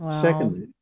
Secondly